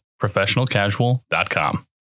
professionalcasual.com